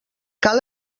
cal